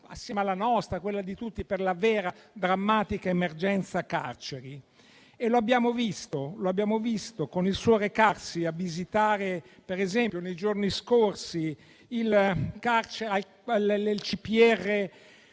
assieme alla nostra e a quella di tutti, per la vera e drammatica emergenza carceri. Lo abbiamo visto altresì con il suo recarsi a visitare per esempio, nei giorni scorsi, il